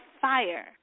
fire